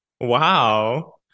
Wow